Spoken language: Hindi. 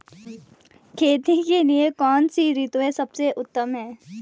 खेती के लिए कौन सी ऋतु सबसे उत्तम है?